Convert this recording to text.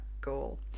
goal